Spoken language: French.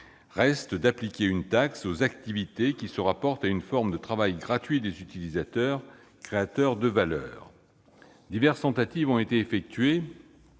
reste d'appliquer une taxe aux activités qui se rapportent à une forme de travail gratuit des utilisateurs, créateur de valeur. Diverses tentatives ont été faites